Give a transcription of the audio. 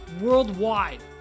worldwide